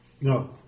No